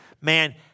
Man